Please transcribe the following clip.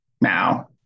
now